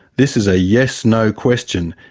this is a yes no question.